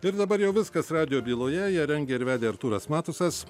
ir dabar jau viskas radijo byloje ją rengė ir vedė artūras matusas